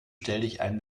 stelldichein